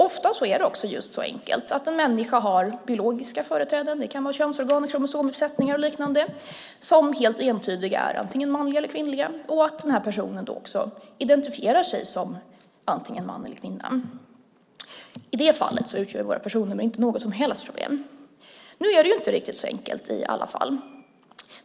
Ofta är det också just så enkelt att en människa har biologiska företräden - det kan vara könsorgan, kromosomuppsättning eller liknande - som helt entydigt är antingen manliga eller kvinnliga och att den här personen också identifierar sig som antingen man eller kvinna. I det fallet utgör våra personnummer inte något som helst problem. Nu är det inte riktigt så enkelt i alla fall.